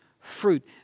fruit